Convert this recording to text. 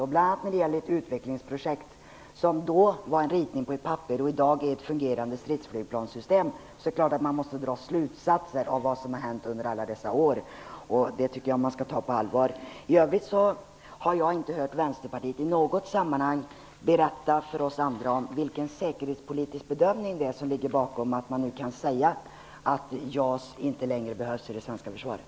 Bl.a. när det gäller ett utvecklingsprojekt, som då var en ritning på ett papper och som i dag är ett fungerande stridsflygplanssystem, är det klart att man måste dra slutatser av vad som har hänt under alla dessa år. Det tycker jag att man skall ta på allvar. För övrigt har jag inte i något sammanhang hört Vänsterpartiet berätta för oss andra om vilken säkerhetspolitisk bedömning som ligger till grund för att man kan säga att JAS inte längre behövs i det svenska försvaret.